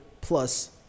plus